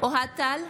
אוהד טל,